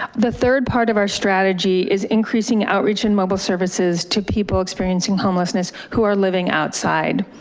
ah the third part of our strategy is increasing outreach in mobile services to people experiencing homelessness who are living outside.